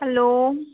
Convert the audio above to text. hello